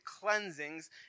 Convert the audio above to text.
cleansings